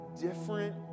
different